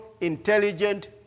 intelligent